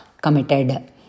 committed